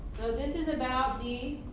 this is about the